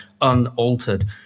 unaltered